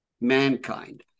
mankind